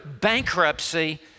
bankruptcy